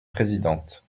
présidente